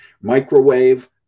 microwave